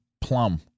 Plum